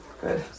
Good